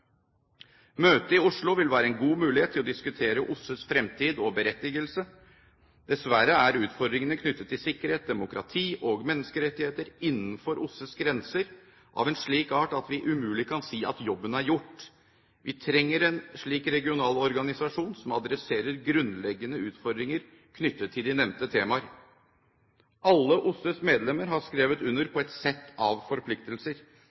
Møtet i Oslo vil være en god mulighet til å diskutere OSSEs fremtid og berettigelse. Dessverre er utfordringene knyttet til sikkerhet, demokrati og menneskerettigheter innenfor OSSEs grenser av en slik art at vi umulig kan si at jobben er gjort. Vi trenger en slik regional organisasjon, som adresserer grunnleggende utfordringer knyttet til de nevnte temaer. Alle OSSEs medlemmer har skrevet under på et sett av forpliktelser.